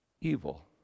evil